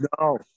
No